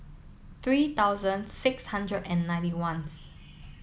three thousand six hundred and ninety one